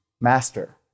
Master